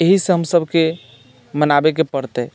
एहिसँ हमसभके मनाबयके पड़तै